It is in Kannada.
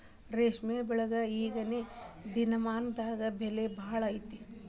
ರೇಶ್ಮೆ ಬೆಳಿಗೆ ಈಗೇನ ದಿನಮಾನದಾಗ ಬೆಲೆ ಭಾಳ ಐತಿ